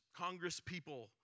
congresspeople